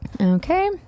Okay